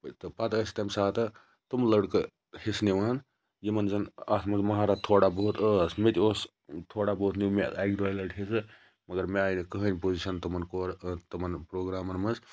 تہٕ پَتہٕ ٲسۍ تمہِ ساتہٕ تِم لڑکہٕ حِصہٕ نِوان یِمَن زَن اتھ مَنٛز مَہارَت تھوڑا بہت ٲسۍ مےٚ تہِ اوس ٹھوڑا بہت نیٚو مےٚ اَکہِ دۄیہِ لَٹہِ حِصہٕ مَگَر مےٚ آیہِ نہٕ کٕہٕنۍ پُزِشَن تِمَن کوٚر تِمَن پروگرامَن مَنٛز